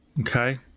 Okay